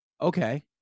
Okay